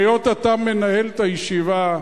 והיות שאתה מנהל את הישיבה,